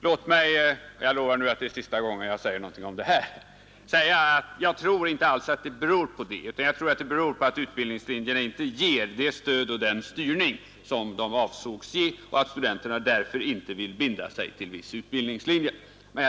Låt mig säga — och jag lovar att det nu är sista gången jag säger något om detta — att jag inte alls tror att det beror på detta, utan det beror på att utbildningslinjerna inte ger det stöd och den styrning som de ansågs ge och att studenterna därför inte vill binda sig till viss utbildningslinje.